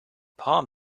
palm